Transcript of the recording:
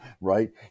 right